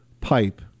pipe